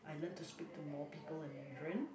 I learn to speak to more people in Mandarin